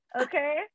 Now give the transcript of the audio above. Okay